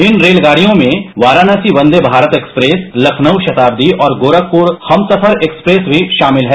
इन रेलगाड़ियों में वाराणसी वंदे भारत एक्सप्रेस लखनऊ राताब्दी और गोरखपुर हमसफर एक्सप्रेस भी शामित हैं